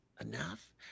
enough